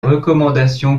recommandations